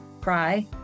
cry